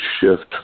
shift